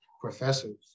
professors